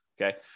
Okay